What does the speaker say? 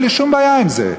אין לי שום בעיה עם זה.